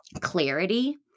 clarity